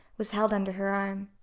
was held under her arm.